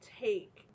take